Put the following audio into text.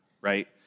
right